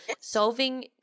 Solving